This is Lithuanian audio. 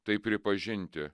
tai pripažinti